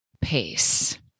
pace